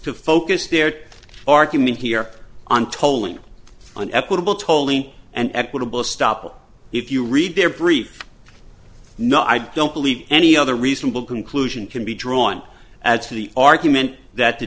to focus their argument here on tolling an equitable totally and equitable stop if you read their brief no i don't believe any other reasonable conclusion can be drawn as to the argument that the